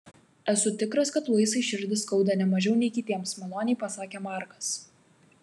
esu tikras kad luisai širdį skauda ne mažiau nei kitiems maloniai pasakė markas